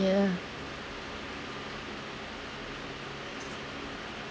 ya